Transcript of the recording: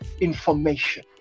information